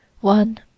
One